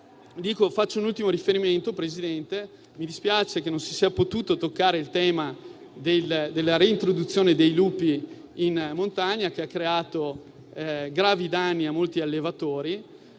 signor Presidente. Mi dispiace che non si sia potuto toccare il tema della reintroduzione dei lupi in montagna, che ha creato gravi danni a molti allevatori.